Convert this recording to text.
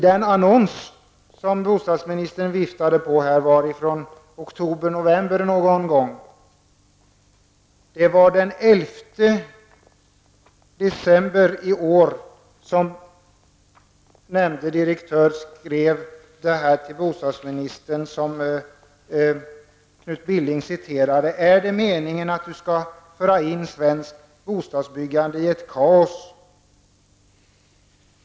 Den annons som bostadsministern visade här var från någon gång oktober--november. Den 11 december i år skrev nämnde direktör till bostadsministern det som Knut Billing återgav här: ''Är det meningen att du skall föra in svenskt bostadsbyggande i ett kaos?